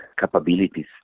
capabilities